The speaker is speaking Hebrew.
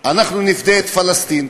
אנחנו נפדה את פלסטין.